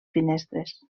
finestres